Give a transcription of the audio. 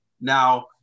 now